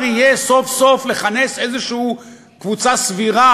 יהיה סוף-סוף לכנס איזו קבוצה סבירה,